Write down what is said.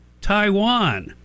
Taiwan